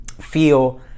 feel